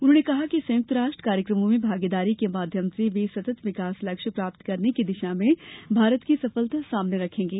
उन्होंने कहा कि संयुक्त राष्ट्र कार्यक्रमों में भागीदारी के माध्यम से वे सतत विकास लक्ष्य प्राप्त करने की दिशा में भारत की सफलता सामने रखेंगे